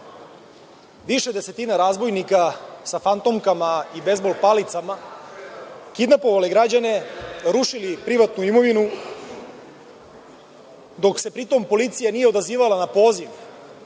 više desetina razbojnika sa fantomkama i bejzbol palicama kidnapovala građane, rušila privatnu imovinu, dok se pritom policija nije odazivala na poziv